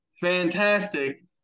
fantastic